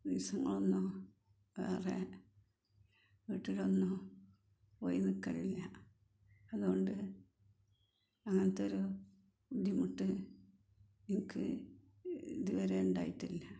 ദിവസങ്ങളൊന്നും വേറെ വീട്ടിലൊന്നും പോയി നിൽക്കലില്ല അത് കൊണ്ട് അങ്ങനെത്തെയൊരു ബുദ്ധിമുട്ട് എനിക്ക് ഇതുവരെ ഉണ്ടായിട്ടില്ല